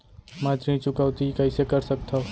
मैं ऋण चुकौती कइसे कर सकथव?